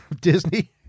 Disney